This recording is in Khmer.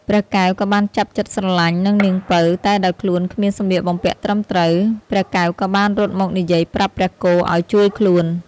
ព្រះកែវក៏បានចាប់ចិត្តស្រឡាញ់នឹងនាងពៅ តែដោយខ្លួនគ្មានសម្លៀកបំពាក់ត្រឹមត្រូវ ព្រះកែវក៏បានរត់មកនិយាយប្រាប់ព្រះគោឲ្យជួយខ្លួន។